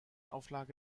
auflage